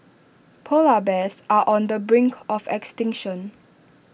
Polar Bears are on the brink of extinction